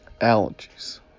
allergies